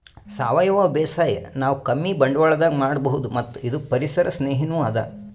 ಸಾವಯವ ಬೇಸಾಯ್ ನಾವ್ ಕಮ್ಮಿ ಬಂಡ್ವಾಳದಾಗ್ ಮಾಡಬಹುದ್ ಮತ್ತ್ ಇದು ಪರಿಸರ್ ಸ್ನೇಹಿನೂ ಅದಾ